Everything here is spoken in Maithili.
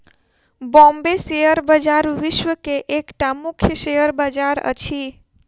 बॉम्बे शेयर बजार विश्व के एकटा मुख्य शेयर बजार अछि